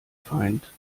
feind